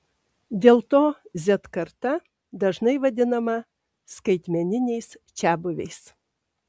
dėl to z karta dažnai vadinama skaitmeniniais čiabuviais